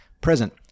present